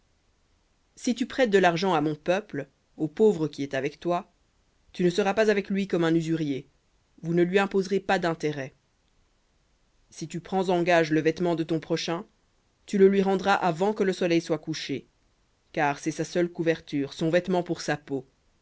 si tu prêtes de l'argent à mon peuple au pauvre qui est avec toi tu ne seras pas avec lui comme un usurier vous ne lui imposerez pas dintérêt si tu prends en gage le vêtement de ton prochain tu le lui rendras avant que le soleil soit couché car c'est sa seule couverture son vêtement pour sa peau